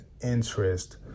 interest